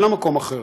אין לה מקום אחר.